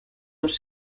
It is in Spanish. los